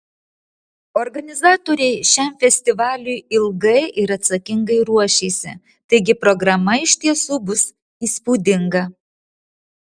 organizatoriai šiam festivaliui ilgai ir atsakingai ruošėsi taigi programa iš tiesų bus įspūdinga